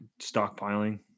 stockpiling